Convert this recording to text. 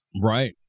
Right